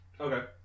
Okay